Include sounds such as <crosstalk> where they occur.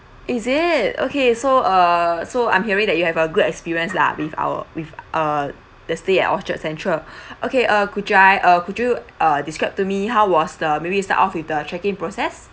is it okay so err so I'm hearing that you have a good experience lah with our with err the stay at orchard central <breath> okay uh could uh could you uh describe to me how was the maybe you start off with the check in process